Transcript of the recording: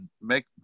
make